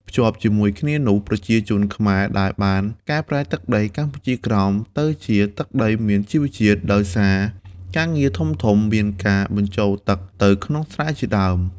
ភ្ជាប់ជាមួយគ្នានោះ ប្រជាជនខ្មែរដែលបានកែប្រែទឹកដី កម្ពុជាក្រោម ទៅជាទឹកដីមានជីរជាតិ ដោយសារការងារធំៗមានការបញ្ចូលទឹកទៅក្នុងស្រែជាដើម។